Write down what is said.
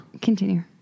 Continue